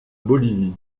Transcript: bolivie